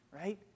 right